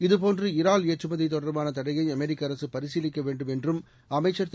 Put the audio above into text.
இது போன்று இரால் ஏற்றுமதிதொடர்பாளதடையைஅமெரிக்கஅரசுபரிசீலிக்கவேண்டும் என்றும் அமைச்சர் திரு